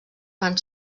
fan